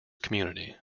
community